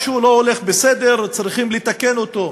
משהו לא הולך בסדר, צריכים לתקן אותו.